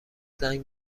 زنگ